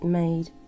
made